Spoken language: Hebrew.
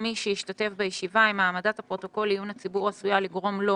מי שהשתתף בישיבה אם העמדת הפרוטוקול לעיון הציבור עשויה לגרום לו